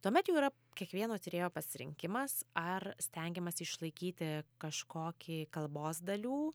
tuomet jau yra kiekvieno tyrėjo pasirinkimas ar stengiamasi išlaikyti kažkokį kalbos dalių